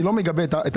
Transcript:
אני לא מגבה את המכה,